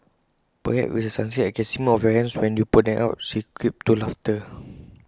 perhaps if it's succinct I can see more of your hands when you put them up she quipped to laughter